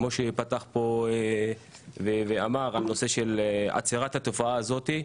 כמו שפתח פה ואמר, הנושא של עצירת התופעה הזאת,